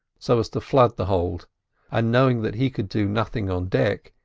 so as to flood the hold and, knowing that he could do nothing on deck,